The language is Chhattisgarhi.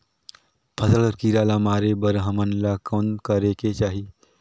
फसल कर कीरा ला मारे बर हमन ला कौन करेके चाही?